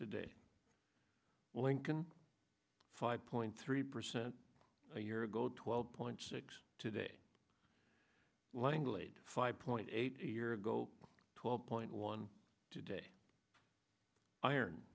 today lincoln five point three percent a year ago twelve point six today langlade five point eight a year ago twelve point one today iron